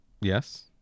yes